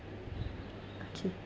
okay